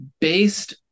based